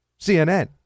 CNN